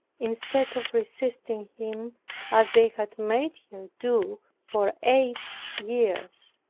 instead of resisting him as they had made her do for eight years.